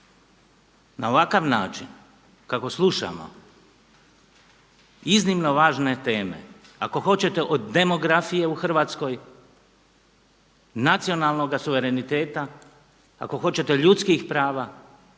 Na ovakav način kako slušamo iznimno važne teme, ako hoćete od demografije u Hrvatskoj, nacionalnoga suvereniteta, ako hoćete ljudskih prava,